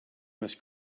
must